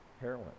heroin